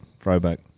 throwback